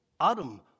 Adam